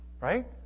Right